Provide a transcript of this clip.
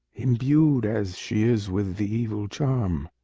imbued as she is with the evil charm.